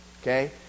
okay